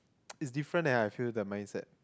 it's different leh I feel the mindset